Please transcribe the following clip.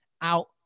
out